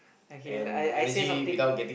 okay I I say something